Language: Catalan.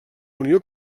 unió